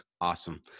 Awesome